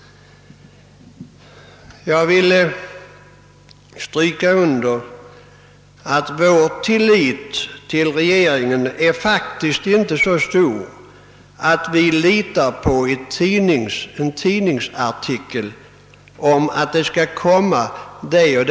Jag vill understryka att vår tillit till regeringen inte är sådan, att vi litar på att ett visst förslag skall — såsom säges i en tidningsartikel — framläggas till ett följande år.